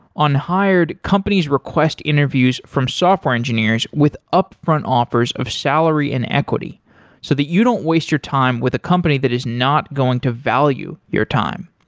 on hired, companies request interviews from software engineers with upfront offers of salary and equity so that you don't waste your time with a company that is not going to value your time.